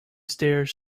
stairs